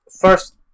first